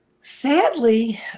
sadly